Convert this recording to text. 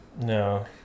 No